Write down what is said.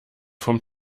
vom